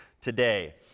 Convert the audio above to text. today